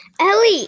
Ellie